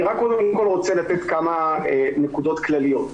אני קודם כל רוצה לתת כמה נקודות כלליות.